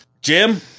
jim